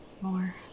more